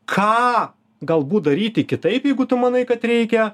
ką galbūt daryti kitaip jeigu tu manai kad reikia